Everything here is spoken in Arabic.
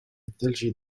الثلج